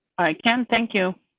i can thank you.